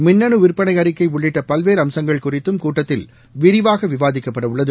மின்னனு விற்பனை அறிக்கை உள்ளிட்ட பல்வேறு அம்சங்கள் குறித்தும் கூட்டத்தில் விரிவாக விவாதிக்கப்படவுள்ளது